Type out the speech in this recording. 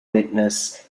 witness